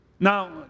Now